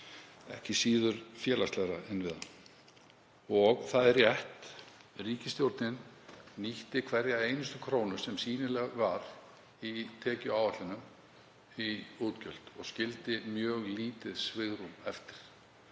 ekki síður félagslegra innviða. Það er rétt að ríkisstjórnin nýtti hverja einustu krónu sem sýnileg var í tekjuáætlunum í útgjöld og skildi mjög lítið svigrúm eftir.